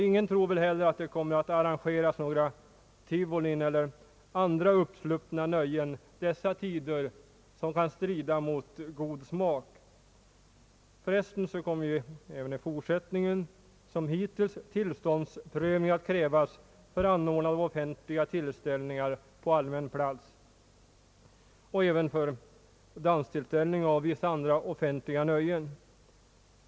Ingen tror väl heller att det kommer att arrangeras några tivolin eller andra uppsluppna nöjen dessa dagar som kan strida mot god smak. Förresten kommer även i fortsättningen, som hittills, tillståndsprövning att krävas för anordnande av offentliga tillställningar på allmän plats och även för danstillställningar och vissa andra offentliga nöjen.